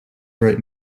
right